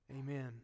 Amen